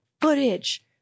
footage